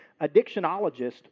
addictionologist